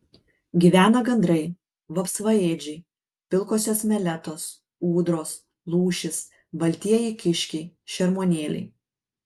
gyvena gandrai vapsvaėdžiai pilkosios meletos ūdros lūšys baltieji kiškiai šermuonėliai